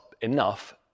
enough